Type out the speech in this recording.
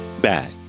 back